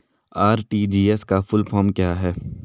RTGS का full form क्या है?